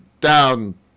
Down